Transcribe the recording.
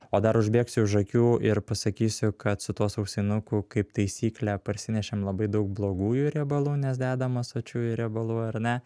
o dar užbėgsiu už akių ir pasakysiu kad su tuo sausainuku kaip taisyklė parsinešėm labai daug blogųjų riebalų nes dedama sočiųjų riebalų ar ne